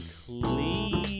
clean